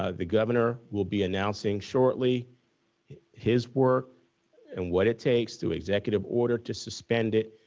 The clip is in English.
ah the governor will be announcing shortly his work and what it takes through executive order to suspend it.